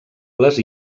les